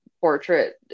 portrait